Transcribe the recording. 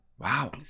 Wow